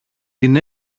την